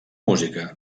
música